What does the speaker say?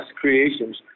creations